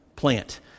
plant